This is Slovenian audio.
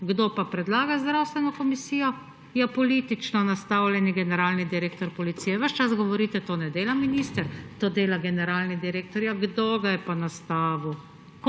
Kdo pa predlaga zdravstveno komisijo? Ja, politično nastavljeni generalni direktor policije. Ves čas govorite, to ne dela minister, to dela generalni direktor. Ja kdo ga je pa nastavil?